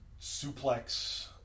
suplex